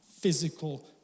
physical